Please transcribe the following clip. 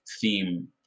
theme